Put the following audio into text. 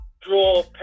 Draw